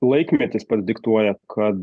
laikmetis pays diktuoja kad